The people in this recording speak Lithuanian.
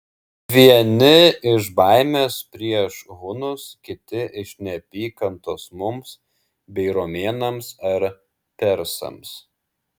vieni iš baimės prieš hunus kiti iš neapykantos mums bei romėnams ar persams